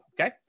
Okay